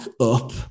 up